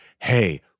hey